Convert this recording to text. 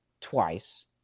twice